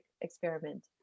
experiment